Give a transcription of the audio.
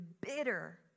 bitter